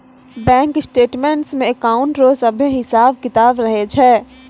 bank statements मे account रो सभे हिसाब किताब रहै छै